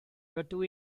rydw